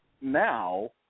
now